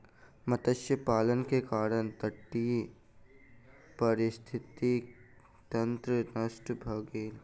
मत्स्य पालन के कारण तटीय पारिस्थितिकी तंत्र नष्ट भ गेल